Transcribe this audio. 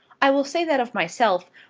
i will say that of myself,